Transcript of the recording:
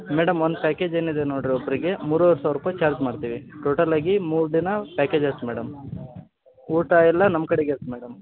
madam one package ಏನಿದೆ ನೋಡ್ರಿ ಒಬ್ಬರಿಗೆ ಮೂರುವರೆ ಸಾವ್ರ ರೂಪಾಯಿ ಚಾರ್ಜ್ ಮಾಡ್ತೀವಿ ಟೋಟಲ್ ಆಗಿ ಮೂರು ದಿನ ಪಾಕೇಜಸ್ ಮೇಡಮ್ ಊಟ ಎಲ್ಲ ನಮ್ಮ ಕಡೆಗೆ ಮೇಡಮ್